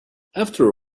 after